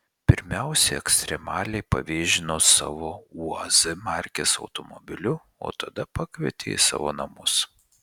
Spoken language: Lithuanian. pirmiausia ekstremaliai pavėžino savo uaz markės automobiliu o tada pakvietė į savo namus